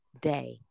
day